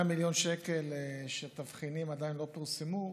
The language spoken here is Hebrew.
מיליון שקל שהתבחינים לגביהם עדיין לא פורסמו.